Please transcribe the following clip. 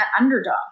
underdog